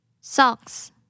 Socks